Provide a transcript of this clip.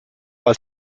als